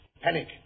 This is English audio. Panic